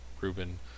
Ruben